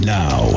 now